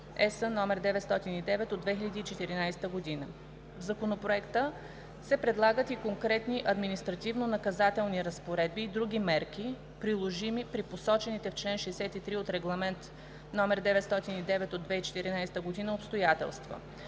№ 909/2014; - в Законопроекта се предлагат и конкретни административно-наказателни разпоредби и други мерки, приложими при посочените в член 63 от Регламент (ЕС) № 909/2014 обстоятелства,